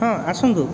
ହଁ ଆସନ୍ତୁ